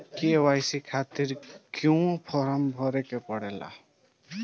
KYC खातिर क्यूं form भरे के पड़ेला?